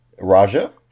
Raja